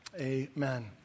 Amen